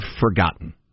forgotten